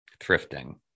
thrifting